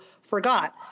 forgot